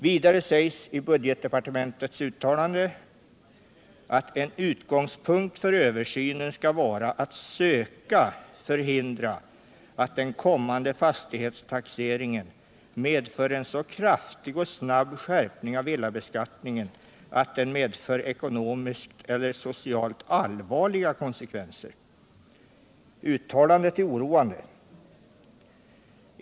Vidare sägs i budgetdepartementets uttalande att en utgångspunkt för översynen skall vara att söka förhindra att den kommande fastighetstaxeringen medför en så kraftig och snabb skärpning av villabeskattningen att den får ekonomiskt eller socialt allvarliga konsekvenser. Uttalandet är oroande.